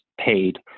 paid